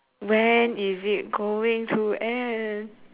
when is it going to end